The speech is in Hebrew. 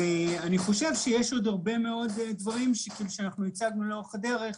אני חושב שיש עוד הרבה מאוד דברים שהצגנו לאורך הדרך,